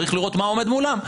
צריך לראות מה עומד מולם,